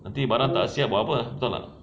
nanti barang tak siap buat apa betul tak